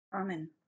Amen